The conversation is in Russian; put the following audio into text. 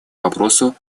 вопросу